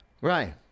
Right